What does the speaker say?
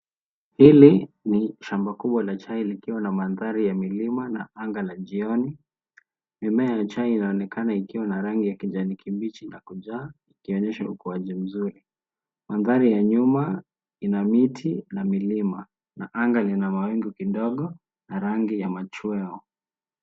Hili ni shamba kubwa la chai likiwa na mandhari ya milima na anga la jioni. Mimea ya chai inaonekana ikiwa na rangi ya kijani kibichi na kujaa, ikionyesha ukuaji mzuri. Mandhari ya nyuma ina miti na milima na anga lina mawingu kidogo na rangi ya machweo.